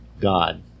god